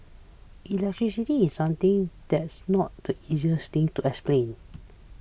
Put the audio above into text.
electricity is something that's not the easiest thing to explain